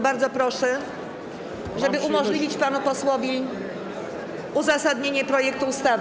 Bardzo proszę, żeby umożliwić panu posłowi uzasadnienie projektu ustawy.